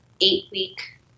eight-week